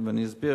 אני אסביר.